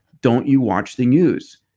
don't you watch the news?